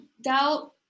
doubt